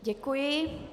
Děkuji.